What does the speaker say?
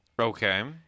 Okay